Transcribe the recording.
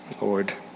Lord